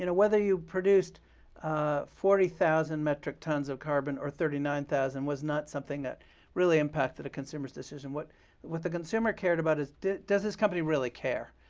and whether you produced forty thousand metric tons of carbon or thirty nine thousand was not something that really impacted a consumer's decision. what what the consumer cared about is, does this company really care?